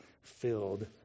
filled